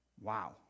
Wow